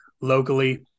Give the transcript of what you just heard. locally